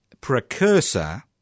precursor